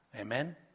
Amen